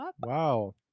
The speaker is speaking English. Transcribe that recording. Wow